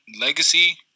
legacy